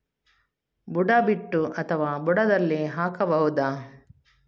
ಬುಡ ಬಿಟ್ಟು ಅಥವಾ ಬುಡದಲ್ಲಿ ಹಾಕಬಹುದಾ?